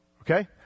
okay